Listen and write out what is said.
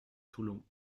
toulon